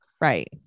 right